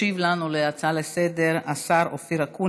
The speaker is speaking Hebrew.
ישיב לנו על ההצעה לסדר-היום השר אקוניס,